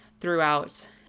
throughout